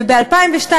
וב-2002,